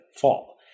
fall